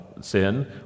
sin